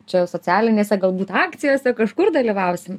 čia socialinėse galbūt akcijose kažkur dalyvausim